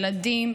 ילדים,